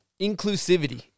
inclusivity